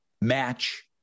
match